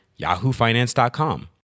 yahoofinance.com